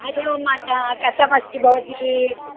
हरिः ओं मातः कथमस्ति भवती